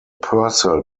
purcell